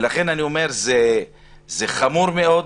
ולכן אני אומר שזה חמור מאוד,